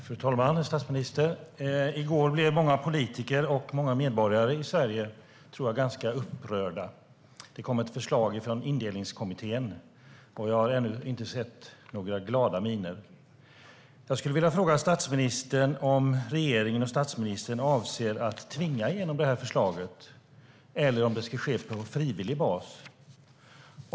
Fru talman och statsministern! I går blev många politiker och många medborgare i Sverige ganska upprörda, tror jag. Det kom ett förslag från Indelningskommittén, och jag har ännu inte sett några glada miner. Jag skulle vilja fråga statsministern om regeringen och statsministern avser att tvinga igenom förslaget eller om det ska ske på frivillig basis.